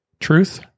truth